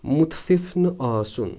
مُتفف نہٕ آسُن